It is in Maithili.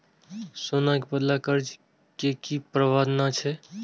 सोना के बदला कर्ज के कि प्रावधान छै?